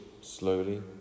slowly